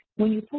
when you pull